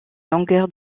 longueur